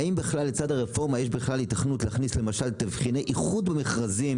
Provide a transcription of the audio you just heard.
האם לצד הרפורמה יש בכלל היתכנות להכניס תבחיני איחוד מכרזים